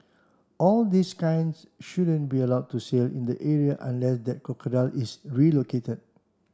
all these kinds shouldn't be allowed to sail in the area unless that crocodile is relocated